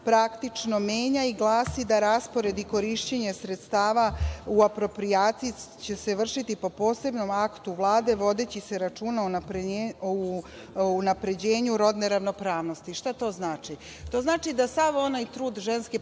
praktično menja i glasi da raspored i korišćenje sredstava u aproprijaciji će se vršiti prema posebnom aktu Vlade, vodeći se računa o unapređenju rodne ravnopravnosti. Šta to znači? To znači da sav onaj trud Ženske